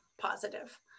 positive